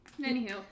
Anywho